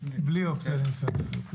בלי אופציה לניסיון.